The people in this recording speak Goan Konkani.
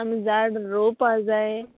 आमी झाड रोवपा जाय